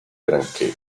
granché